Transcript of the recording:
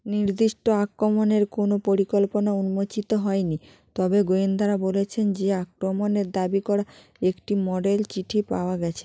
নির্দিষ্ট আক্রমণের কোনো পরিকল্পনা উন্মোচিত হয় নি তবে গোয়েন্দারা বলছেন যে আক্রমণের দাবি করা একটি মডেল চিঠি পাওয়া গেছে